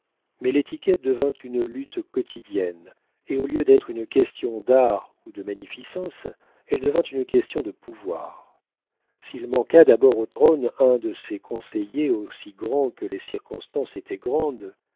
mais l'étiquette devint une lutte quotidienne et au lieu d'être une question d'art ou de magnificence elle devint une question de pouvoir s'il manqua d'abord au trône un de ces conseillers aussi grands que les circonstances étaient grandes